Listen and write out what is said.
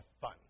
fun